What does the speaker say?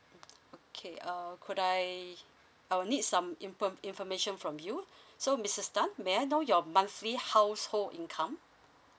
okay uh could I I will need some inform information from you so missus tan may I know your monthly household income